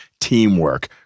teamwork